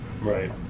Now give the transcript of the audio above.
Right